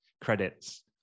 credits